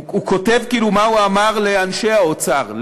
הוא כותב כאילו מה הוא אמר לאנשי האוצר,